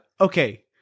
okay